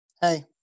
Hey